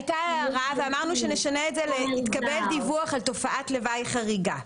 הייתה הערה ואמרנו שנשנה את זה ל: התקבל דיווח על תופעת לוואי חריגה.